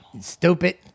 Stupid